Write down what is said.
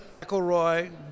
McElroy